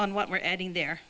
on what we're adding there